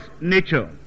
nature